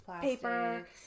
paper